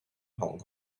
hong